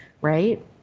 Right